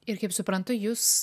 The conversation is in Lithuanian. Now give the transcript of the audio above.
ir kaip suprantu jūs